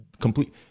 complete